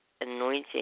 anointing